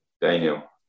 Daniel